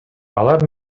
алар